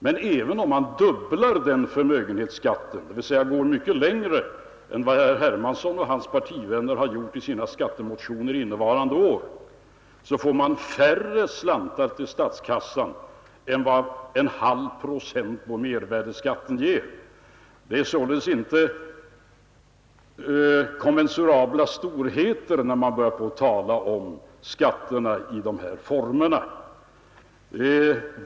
Men även om man dubblar den förmögenhetsskatten — dvs. går mycket längre än vad herr Hermansson och hans partivänner har gjort i sina skattemotioner innevarande år — så får man färre slantar till statskassan än vad en halv procent på mervärdeskatten ger. Det är således inte kommensurabla storheter man rör sig med, när man börjar på att tala om skatterna i de här formerna.